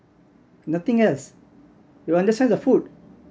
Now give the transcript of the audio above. nothing else you understand it's a food